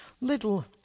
little